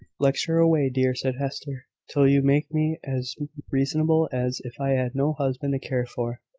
lecture away, dear, said hester, till you make me as reasonable as if i had no husband to care for.